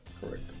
Correct